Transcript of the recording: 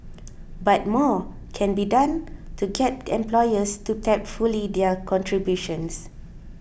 but more can be done to get employers to tap fully their contributions